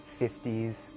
50s